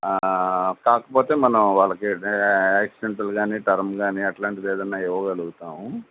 కాక్పోతే మనం వాళ్ళకి యాక్సిడెంటల్ కానీ టర్మ్ కానీ అలాంటిది ఏదైనా ఇవ్వగలుగుతాము